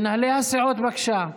מנהלי הסיעות, בבקשה.